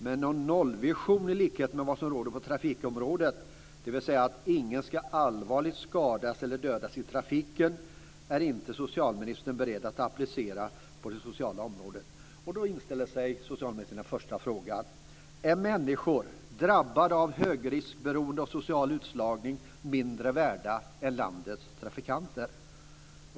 Men någon nollvision i likhet med vad som gäller inom trafikområdet, dvs. att ingen ska allvarligt skadas eller dödas i trafiken, är inte socialministern beredd att applicera på det socialpolitiska området. Då inställer sig, socialministern, den första frågan: Är människor drabbade av högriskberoende och social utslagning mindre värda än landets trafikanter?